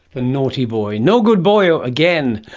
the naughty boy. nogood boyo again!